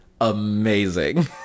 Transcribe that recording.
amazing